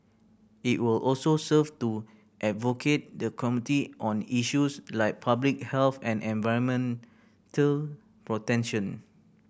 it will also serve to advocate the community on issues like public health and environmental